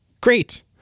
Great